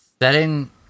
setting